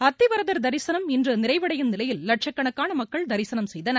அத்திவரதர் தரிசனம் இன்று நிறைவடையும் நிலையில் லட்சக்கணக்கான மக்கள் தரிசனம் செய்தனர்